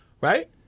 right